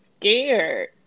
scared